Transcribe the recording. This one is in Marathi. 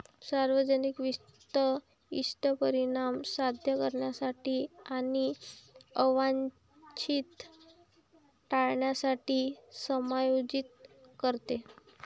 सार्वजनिक वित्त इष्ट परिणाम साध्य करण्यासाठी आणि अवांछित टाळण्यासाठी समायोजित करते